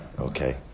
Okay